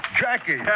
Jackie